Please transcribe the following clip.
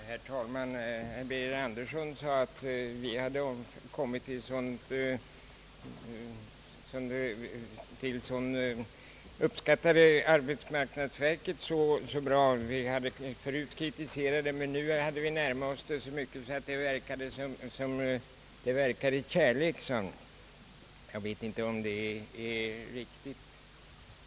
Herr talman! Herr Birger Andersson sade att vi nu uppskattar arbetsmarknadsverket — vi hade förut kritiserat det, men nu har vi närmat oss det så mycket, att det »verkade kärlek», sade han. Jag vet inte om det är riktigt.